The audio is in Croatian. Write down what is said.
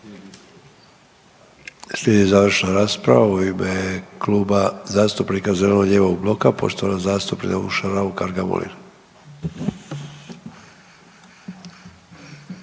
Slijedi završna rasprava u ime Kluba zastupnika zeleno-lijevog bloka poštovana zastupnica Urša Raukar Gamulin.